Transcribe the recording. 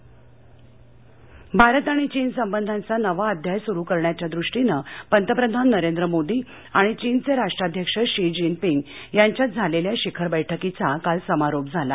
भारत चीन भारत आणि चीन संबंधांचा नवा अध्याय सुरु करण्याच्या दृष्टीनं पंतप्रधान नरेंद्र मोदी आणि चीनचे राष्ट्राध्यक्ष शी जिनपिंग यांच्यात झालेल्या शिखर बैठकीचा काल समारोप झाला